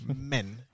men